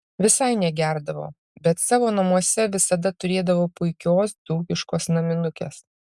visai negerdavo bet savo namuose visada turėdavo puikios dzūkiškos naminukės